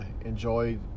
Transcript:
enjoy